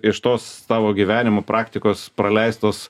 iš tos tavo gyvenimo praktikos praleistos